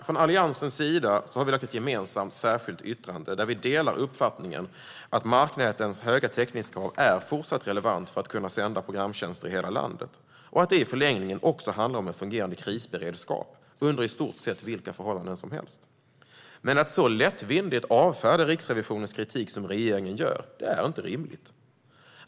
Från Alliansens sida har vi skrivit ett gemensamt särskilt yttrande där vi delar uppfattningen att marknätens höga täckningskrav är fortsatt relevant för att kunna sända programtjänster i hela landet och att det i förlängningen också handlar om en fungerande krisberedskap under i stort sett vilka förhållanden som helst. Men att så lättvindigt avfärda Riksrevisionens kritik som regeringen gör är inte rimligt.